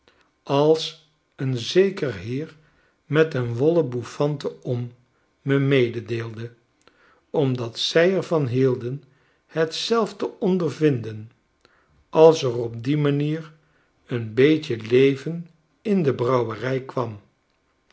omdat zij er van hielden het zelf te ondervinden als er op die manier een beetje leven in de brouwerij kwam